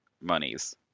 monies